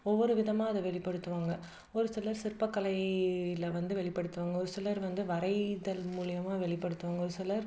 ஒவ்வொரு விதமாக அதை வெளிப்படுத்துவாங்க ஒரு சிலர் சிற்பக்கலையில் வந்து வெளிப்படுத்துவாங்க ஒரு சிலர் வந்து வரைதல் மூலிமா வெளிப்படுத்துவாங்க ஒரு சிலர்